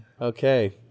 Okay